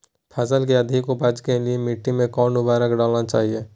फसल के अधिक उपज के लिए मिट्टी मे कौन उर्वरक डलना चाइए?